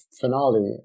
finale